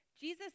Jesus